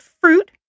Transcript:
fruit